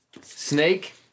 Snake